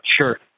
Sure